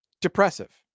depressive